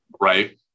right